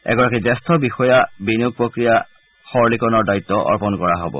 এগৰাকী জ্যেষ্ঠ বিষয়া বিনিয়োগ প্ৰক্ৰিয়া সৰলীকৰণৰ দায়িত অৰ্পন কৰা হব